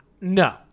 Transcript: No